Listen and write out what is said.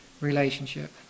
relationship